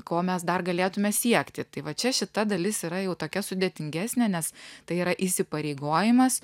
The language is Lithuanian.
ko mes dar galėtume siekti tai va čia šita dalis yra jau tokia sudėtingesnė nes tai yra įsipareigojimas